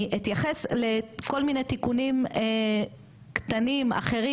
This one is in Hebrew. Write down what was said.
אני אתייחס לכל מיני תיקונים קטנים אחרים,